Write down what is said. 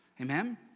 Amen